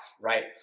right